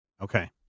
Okay